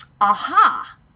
Aha